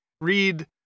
read